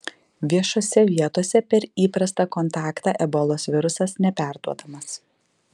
viešose vietose per įprastą kontaktą ebolos virusas neperduodamas